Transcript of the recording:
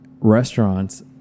Restaurants